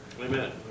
Amen